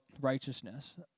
righteousness